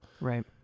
Right